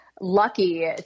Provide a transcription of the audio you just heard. lucky